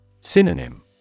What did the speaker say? Synonym